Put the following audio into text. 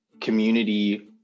community